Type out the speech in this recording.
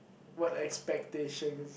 what expectation